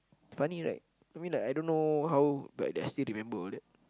funny right I mean like I don't know how but I still remember all that